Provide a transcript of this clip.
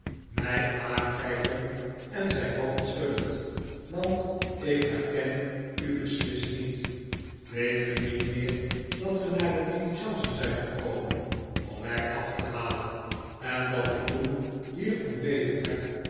mij aankijkend en zijn hoofd schuddend want ik herken u beslist niet weet ge niet meer dat ge naar de diligence zijt gekomen om mij af te halen en dat ik toen hier ontbeten heb